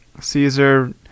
Caesar